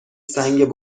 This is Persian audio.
سنگ